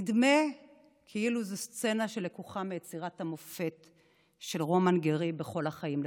נדמה כאילו זו סצנה שלקוחה מיצירת המופת של רומן גארי "כל החיים לפניו".